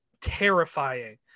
terrifying